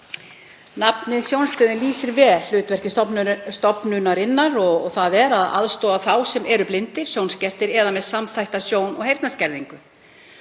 Nafnið Sjónstöðin lýsir vel hlutverki stofnunarinnar sem er að aðstoða þá sem eru blindir, sjónskertir eða með samþætta sjón- og heyrnarskerðingu.